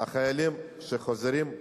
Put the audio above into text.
החיילים שחוזרים,